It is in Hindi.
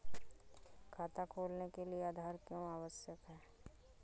खाता खोलने के लिए आधार क्यो आवश्यक है?